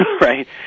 Right